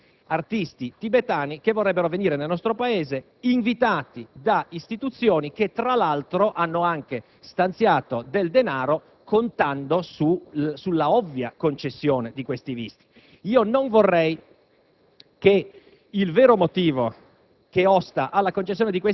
del perché viene negato il visto a questi artisti tibetani che vorrebbero venire nel nostro Paese, invitati da istituzioni, che, tra l'altro, hanno anche stanziato del denaro, contando sull'ovvia concessione di tali visti. Non vorrei